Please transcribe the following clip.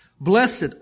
Blessed